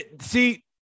See